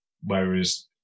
Whereas